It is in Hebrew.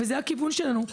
וזה הכיוון שלנו.